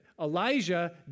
Elijah